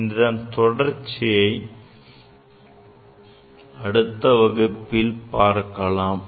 இதன் தொடர்ச்சியை அடுத்த வகுப்பில் நாம் பார்க்கலாம்